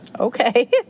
Okay